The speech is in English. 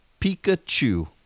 Pikachu